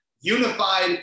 unified